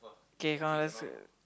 K come let's